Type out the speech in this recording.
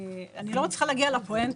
אני לא מצליחה להגיע לפואנטה.